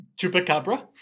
Chupacabra